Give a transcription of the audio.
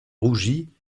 rougi